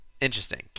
interesting